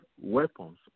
weapons